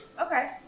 Okay